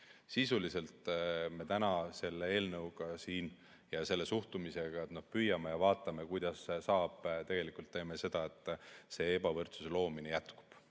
jagamine. Sisuliselt me täna selle eelnõuga siin ja selle suhtumisega, et püüame ja vaatame, kuidas saab, tegelikult teeme seda, et ebavõrdsuse loomine jätkub.